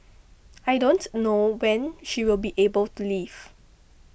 I don't know when she will be able to leave